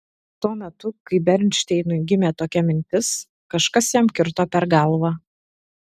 tuo metu kai bernšteinui gimė tokia mintis kažkas jam kirto per galvą